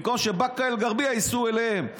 במקום שבאקה אל-גרבייה ייסעו אליהם.